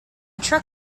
truck